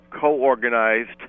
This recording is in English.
co-organized